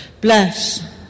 Bless